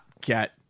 get